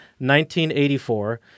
1984